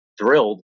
thrilled